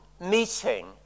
meeting